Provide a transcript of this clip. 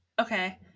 Okay